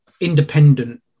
independent